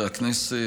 חברי הכנסת,